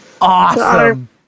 awesome